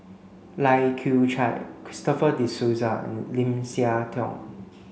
Lai Kew Chai Christopher De Souza and Lim Siah Tong